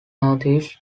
northeast